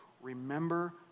remember